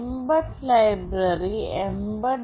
Mbed library mbed